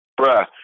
bruh